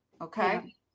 okay